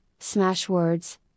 Smashwords